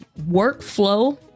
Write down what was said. workflow